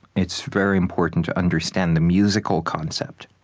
it's very important to understand the musical concept